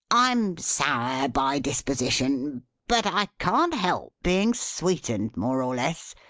i'm sour by disposition but i can't help being sweetened, more or less,